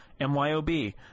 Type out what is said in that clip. myob